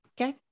okay